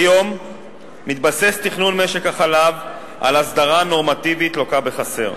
כיום תכנון משק החלב מתבסס על הסדרה נורמטיבית לוקה בחסר,